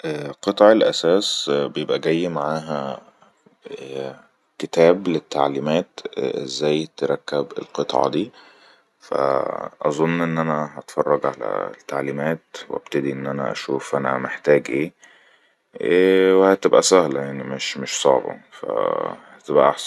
قطع الأساس بيبقى جاي معاها ءء كتاب للتعليمات ازاي تركب القطع دي فأظن ان انا هتفرج على التعليمات وبتدي ان انا اشوف انا محتاج ايه اايه و هتبئى سهله يعني مش صعبه فهتبئى أحسن